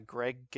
Greg